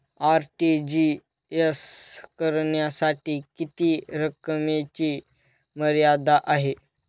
RTGS करण्यासाठी किती रकमेची मर्यादा आहे?